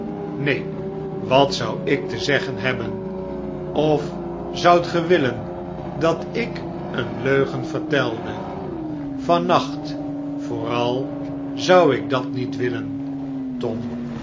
neen wat zou ik te zeggen hebben of zoudt ge willen dat ik eeneleugen vertelde van nacht vooral zou ik dat niet willen tom